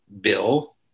bill